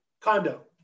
condo